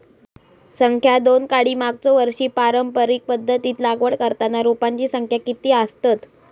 संख्या दोन काडी मागचो वर्षी पारंपरिक पध्दतीत लागवड करताना रोपांची संख्या किती आसतत?